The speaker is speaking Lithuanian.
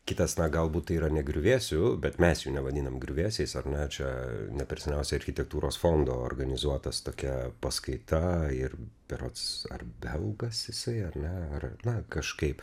kitas na galbūt tai yra ne griuvėsių bet mes jų nevadinam griuvėsiais ar ne čia ne per seniausiai architektūros fondo organizuotas tokia paskaita ir berods ar belgas jisai ar ne ar na kažkaip